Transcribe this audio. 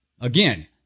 Again